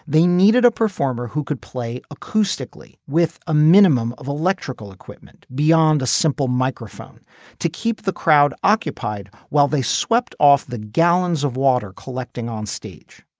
they needed a performer who could play acoustically with a minimum of electrical equipment beyond a simple microphone to keep the crowd occupied while they swept off the gallons of water collecting on stage.